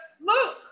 look